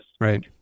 Right